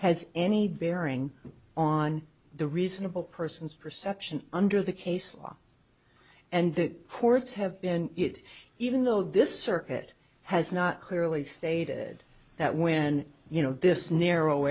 has any bearing on the reasonable person's perception under the case law and the courts have been it even though this circuit has not clearly stated that when you know this narrow